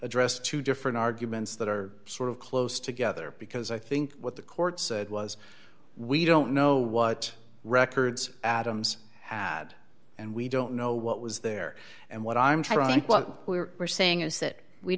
address two different arguments that are sort of close together because i think what the court said was we don't know what records adams had and we don't know what was there and what i'm trying well we're saying is that we